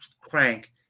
crank